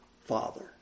Father